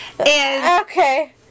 Okay